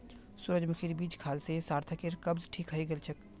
सूरजमुखीर बीज खाल से सार्थकेर कब्ज ठीक हइ गेल छेक